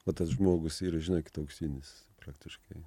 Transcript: o tas žmogus yra žinokit auksinis praktiškai